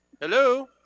Hello